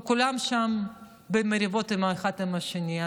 וכולם שם במריבות אחד עם השני.